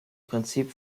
prinzip